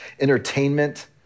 Entertainment